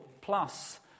plus